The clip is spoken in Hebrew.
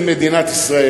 יש בו בשורה רעה.